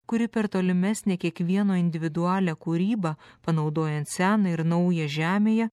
kuri per tolimesnę kiekvieno individualią kūrybą panaudojant seną ir naują žemėje